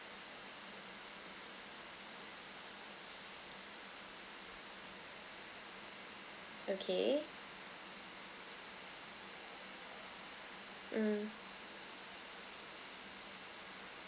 okay mm